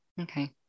okay